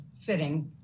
fitting